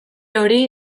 hori